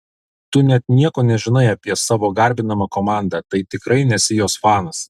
tu net nieko nežinai apie savo garbinamą komandą tai tikrai nesi jos fanas